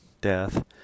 death